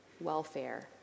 welfare